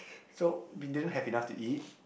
so we didn't have enough to eat